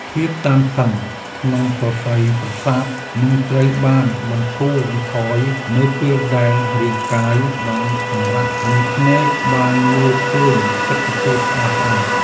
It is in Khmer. ភាពតានតឹងក្នុងសរសៃប្រសាទនឹងត្រូវបានបន្ធូរបន្ថយនៅពេលដែលរាងកាយបានសម្រាកនិងភ្នែកបានមើលឃើញទិដ្ឋភាពស្អាតៗ។